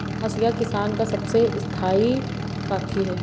हंसिया किसान का सबसे स्थाई साथी है